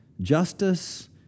justice